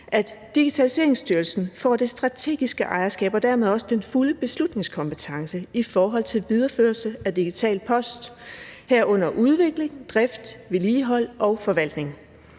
at Digitaliseringsstyrelsen får det strategiske ejerskab og dermed også den fulde beslutningskompetence i forhold til videreførelse af Digital Post, herunder udvikling, drift, vedligehold og forvaltning.